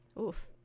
Oof